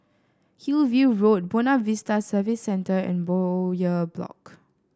Hillview Road Buona Vista Service Centre and Bowyer Block